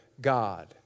God